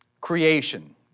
creation